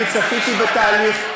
אני צפיתי בתהליך.